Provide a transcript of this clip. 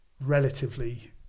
relatively